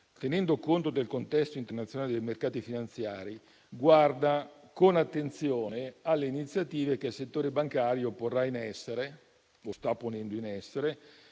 tenendo conto del contesto internazionale dei mercati finanziari, guarda con attenzione alle iniziative che il settore bancario porrà in essere, o sta ponendo in essere,